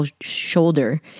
shoulder